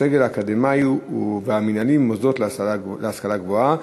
בסגל האקדמי והמינהלי במוסדות להשכלה גבוהה,